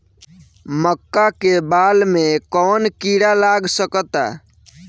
मका के बाल में कवन किड़ा लाग सकता?